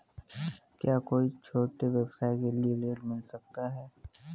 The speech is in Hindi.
क्या कोई छोटे व्यवसाय के लिए ऋण मिल सकता है?